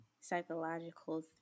psychological